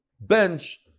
bench